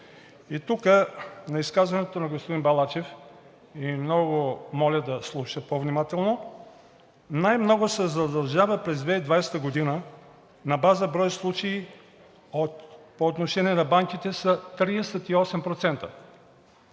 На изказването на господин Балачев – много моля да слуша по-внимателно, най-много се задължава през 2020 г. На база брой случаи по отношение на банките са 38%.